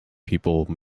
people